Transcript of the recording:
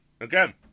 Again